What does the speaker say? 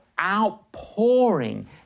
outpouring